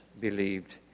believed